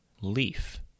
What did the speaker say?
leaf